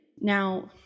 Now